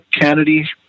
Kennedy